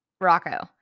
Rocco